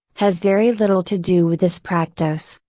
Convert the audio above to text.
has very little to do with this practice.